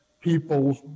people